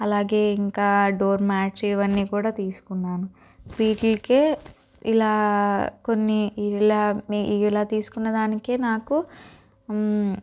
అలాగే ఇంకా డోర్మ్యాట్స్ ఇవన్నీ కూడా తీసుకున్నాను వీటికే ఇలా కొన్ని ఇలా మీ ఇలా తీసుకున్నదానికే నాకు